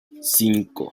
cinco